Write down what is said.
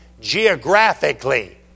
geographically